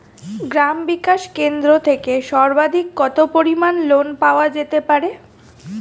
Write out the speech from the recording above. গ্রাম বিকাশ কেন্দ্র থেকে সর্বাধিক কত পরিমান লোন পাওয়া যেতে পারে?